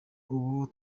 ubu